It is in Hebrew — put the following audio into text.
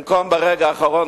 במקום ברגע האחרון,